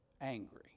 angry